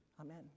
Amen